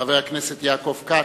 חבר הכנסת יעקב כץ,